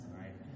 right